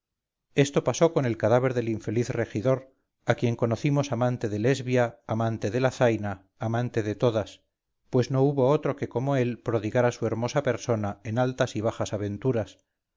esto pasó con el cadáver del infeliz regidor a quien conocimos amante de lesbia amante de la zaina amante de todas pues no hubo otro que como él prodigara su hermosa persona en altas y bajas aventuras